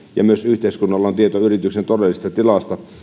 ja myös yhteiskunnalla on tieto yrityksen todellisesta